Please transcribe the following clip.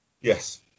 Yes